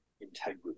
integrity